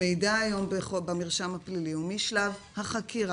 המידע היום במרשם הפלילי הוא משלב החקירה,